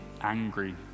angry